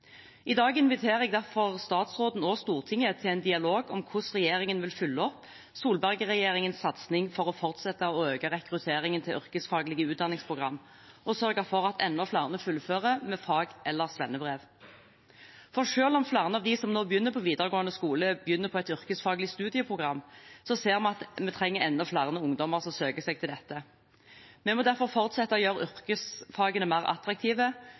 I dag inviterer jeg derfor statsråden og Stortinget til en dialog om hvordan regjeringen vil følge opp Solberg-regjeringens satsing for fortsatt å øke rekrutteringen til yrkesfaglige utdanningsprogrammer og sørge for at enda flere fullfører med fag- eller svennebrev. For selv om flere av de som nå begynner på videregående skole, begynner på et yrkesfaglig studieprogram, ser vi at vi trenger at enda flere ungdommer søker seg til dette. Vi må derfor fortsette å gjøre yrkesfagene mer attraktive,